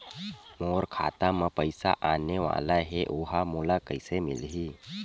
मोर खाता म पईसा आने वाला हे ओहा मोला कइसे मिलही?